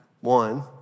one